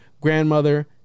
grandmother